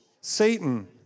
Satan